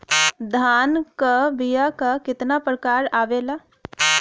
धान क बीया क कितना प्रकार आवेला?